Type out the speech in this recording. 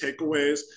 takeaways